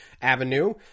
Avenue